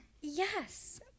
Yes